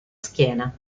schiena